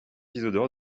isidore